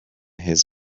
his